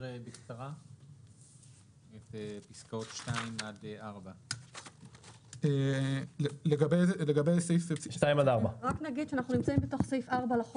בקצרה את פסקאות 2 עד 4. רק אזכיר שאנחנו נמצאים בתוך סעיף 4 לחוק,